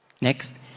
Next